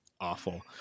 awful